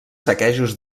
saquejos